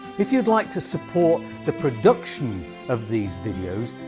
if you'd like to support the production of these videos,